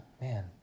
man